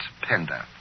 Pender